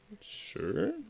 sure